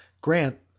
Grant